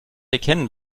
erkennen